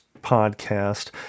podcast